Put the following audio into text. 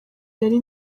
yari